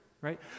right